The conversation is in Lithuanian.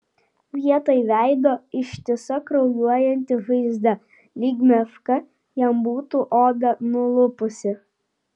vietoj veido ištisa kraujuojanti žaizda lyg meška jam būtų odą nulupusi